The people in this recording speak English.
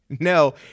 No